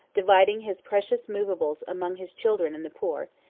dividing his precious movables among his children and the poor,